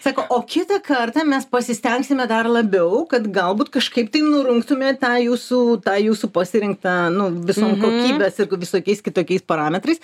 sako o kitą kartą mes pasistengsime dar labiau kad galbūt kažkaip tai nurungtume tą jūsų tą jūsų pasirinktą nu visom kokybės ir visokiais kitokiais parametrais